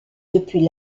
depuis